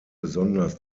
besonders